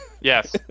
Yes